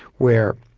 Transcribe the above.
where